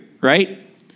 right